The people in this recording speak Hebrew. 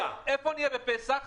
איפה נהיה בפסח?